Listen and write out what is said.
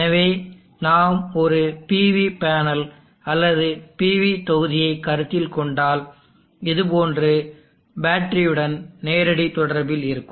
எனவே நாம் ஒரு PV பேனல் அல்லது PV தொகுதியை கருத்தில் கொண்டால் இது போன்று பேட்டரியுடன் நேரடி தொடர்பில் இருக்கும்